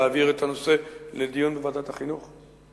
להעביר את הנושא לדיון בוועדת החינוך.